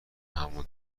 همان